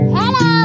Hello